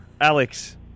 Alex